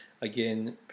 again